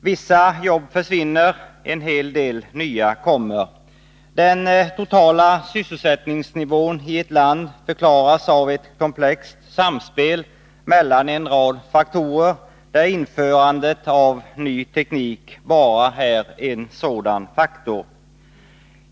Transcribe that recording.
Vissa jobb försvinner, en hel del nya kommer. Den totala sysselsättningsnivån i ett land förklaras av ett komplext samspel mellan en rad faktorer, där införandet av ny teknik bara är en sådan faktor.